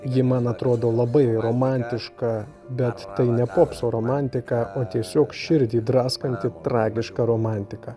ji man atrodo labai romantiška bet tai ne popso romantika o tiesiog širdį draskanti tragiška romantika